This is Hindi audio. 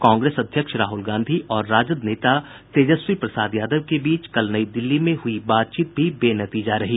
कांग्रेस अध्यक्ष राहुल गांधी और राजद नेता तेजस्वी प्रसाद यादव के बीच कल नई दिल्ली में हुई बातचीत भी बेनतीजा रही